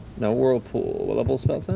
now, whirlpool, what level spell is ah